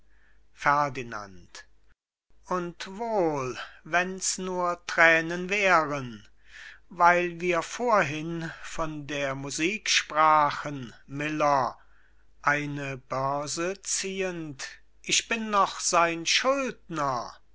ferdinand und wohl wenn's nur thränen wären weil wir vorhin von der musik sprachen miller eine börse ziehend ich bin noch sein schuldner